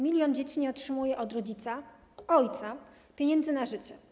Milion dzieci nie otrzymuje od rodzica, ojca pieniędzy na życie.